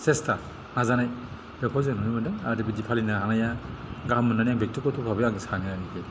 सेस्टा नाजानाय बेखौ जों नुनो मोन्दों आरो बिदि फालिनो हानाया गाहाम होननानै आं ब्यकतिगत'भाबे आं सानो आरोकि